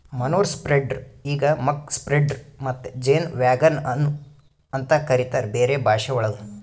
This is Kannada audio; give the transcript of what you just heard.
ಮನೂರ್ ಸ್ಪ್ರೆಡ್ರ್ ಈಗ್ ಮಕ್ ಸ್ಪ್ರೆಡ್ರ್ ಮತ್ತ ಜೇನ್ ವ್ಯಾಗನ್ ನು ಅಂತ ಕರಿತಾರ್ ಬೇರೆ ಭಾಷೆವಳಗ್